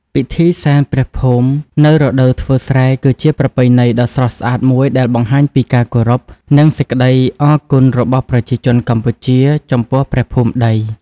ពិធីសែនព្រះភូមិនៅរដូវធ្វើស្រែគឺជាប្រពៃណីដ៏ស្រស់ស្អាតមួយដែលបង្ហាញពីការគោរព និងសេចក្ដីអរគុណរបស់ប្រជាជនកម្ពុជា ចំពោះព្រះភូមិដី។